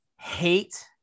hate